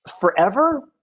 forever